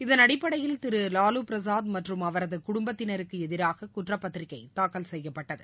இதனடிப்படையில் திரு லாலு பிரசாத் மற்றும் அவரது குடும்பத்தினருக்கு எதிராக குற்றப்பத்திரிகை தாக்கல் செய்யப்பட்டது